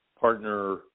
partner